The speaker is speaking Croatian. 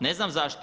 Ne znam zašto.